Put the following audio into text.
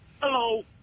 Hello